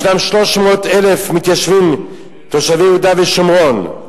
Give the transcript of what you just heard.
ישנם 300,000 מתיישבים תושבי יהודה ושומרון.